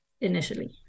initially